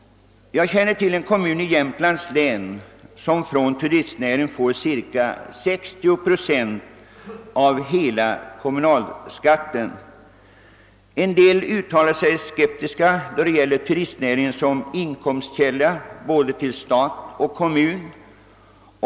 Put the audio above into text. Jag känner till en kommun i Jämtlands län som från turistnäringen får cirka 60 procent av hela kommunalskatten. En del uttalar sig skeptiskt om turistnäringen som inkomstkälla till stat och kommun.